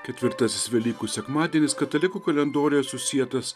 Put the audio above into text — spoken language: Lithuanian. ketvirtasis velykų sekmadienis katalikų kalendoriuje susietas